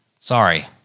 Sorry